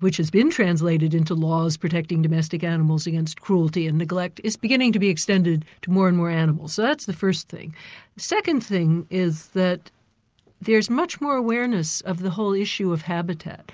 which has been translated into laws protecting domestic animals against cruelty and neglect, is beginning to be extended to more and more animals. so that's the first thing. the second thing is that there's much more awareness of the whole issue of habitat,